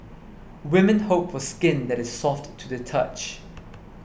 women hope for skin that is soft to the touch